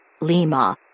Lima